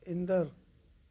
ईंदड़